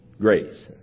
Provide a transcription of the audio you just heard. grace